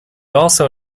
also